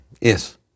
Yes